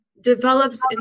develops